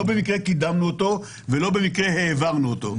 לא במקרה קידמנו אותו ולא במקרה העברנו אותו.